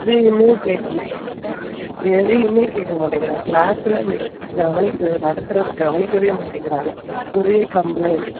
எதையுமே கேட்க மாட்றான் எதையுமே கேட்க மாட்டேங்கிறான் க்ளாஸில் மிஸ் கவனிக்க நடத்துறதை கவனிக்கவே மாட்டேங்கிறானாம் ஒரே கம்ப்ளைண்ட்